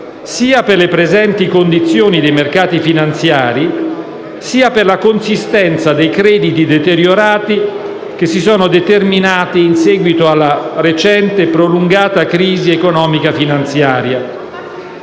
sia per le presenti condizioni dei mercati finanziari, sia per la consistenza dei crediti deteriorati determinatisi in seguito alla recente e prolungata crisi economica e finanziaria.